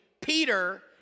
Peter